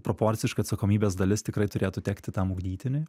proporciškai atsakomybės dalis tikrai turėtų tekti tam ugdytiniui